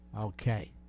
Okay